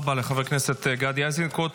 תודה רבה לחבר הכנסת גדי איזנקוט.